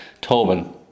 Tobin